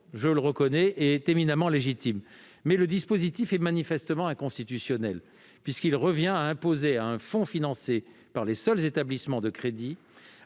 je le reconnais, est éminemment légitime, mais le dispositif est manifestement inconstitutionnel, puisqu'il revient à imposer à un fonds financé par les seuls établissements de crédit